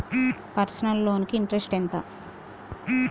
Personal loan కి interest ఎంత?